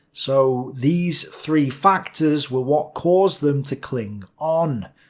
so these three factors were what caused them to cling on.